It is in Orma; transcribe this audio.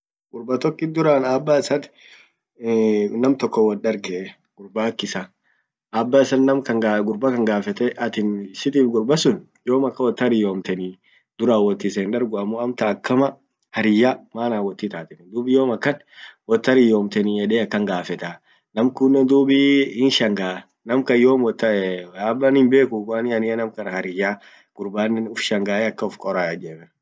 gurba tokkit duran abba isan nam tokon wot darge gurba ak isa, abba issan nam kan gurba kan gafete atin sitif gurba sun yom akam wot harriyomteni ,duran wot isen dargu ammo amtan akama hariyya maana wot itateni ,dub yom akan wot hariyyomteni yede akan gafetaa, namkunnen dub < hesitation